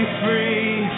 free